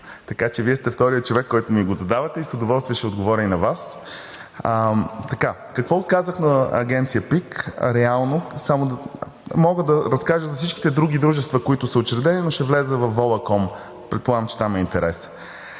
Така че Вие сте вторият човек, който ми го задавате, и с удоволствие ще отговоря и на Вас. Какво казах на Агенция ПИК реално? Мога да разкажа за всичките други дружества, които са учредени, но ще вляза във „Волаком“, предполагам, че там е интересът.